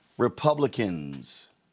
Republicans